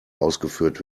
ausgeführt